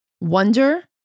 Wonder